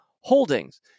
holdings